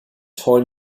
heulen